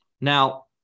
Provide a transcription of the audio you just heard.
Now